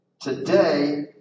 Today